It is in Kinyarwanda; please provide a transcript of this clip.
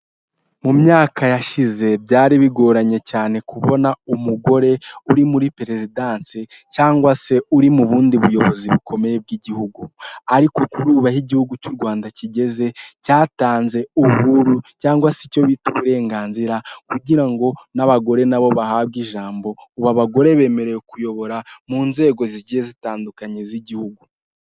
Mumyaka yashize byari bigoranye cyane kubona umugore uri muri perezidansi, cyangwa se uri mubundi buyobozi bukomeye bw'igihugu ariko kuru ubu aho igihugu cy'u Rwanda kigeze cyatanze uhuru cyangwa se cyo bita uburenganzira kugira ngo n'abagore nabo bahabwe ijambo ubu abagore bemerewe kuyobora mu nzego zigiye zitandukanye z'igihugu,